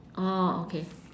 orh okay